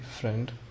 friend